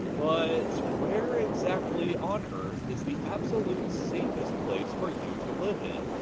but where exactly on earth is the absolute safest place for you to live in?